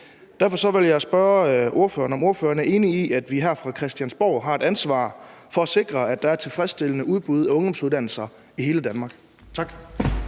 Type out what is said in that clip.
Derfor vil jeg spørge ordføreren, om ordføreren er enig i, at vi her fra Christiansborg har et ansvar for at sikre, at der er et tilfredsstillende udbud af ungdomsuddannelser i hele Danmark. Tak.